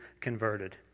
converted